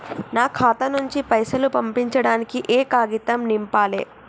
నా ఖాతా నుంచి పైసలు పంపించడానికి ఏ కాగితం నింపాలే?